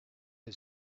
had